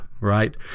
Right